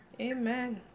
Amen